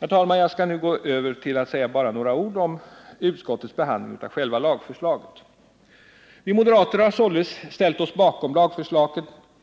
Herr talman! Jag går nu över till att säga några ord om utskottets behandling av själva lagförslaget. Vi moderater har, med några få undantag, ställt oss bakom lagförslaget.